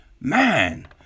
Man